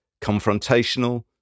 confrontational